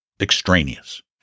extraneous